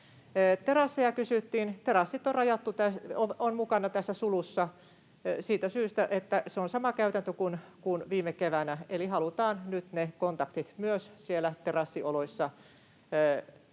Terassit ovat mukana tässä sulussa siitä syystä, että se on sama käytäntö kuin viime keväänä, eli halutaan nyt ne kontaktit myös siellä terassioloissa